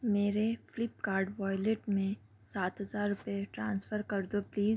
میرے Flipkart wallet میں سات ہزار روپئے ٹرانسفر کر دو پلیز